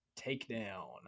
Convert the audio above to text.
Takedown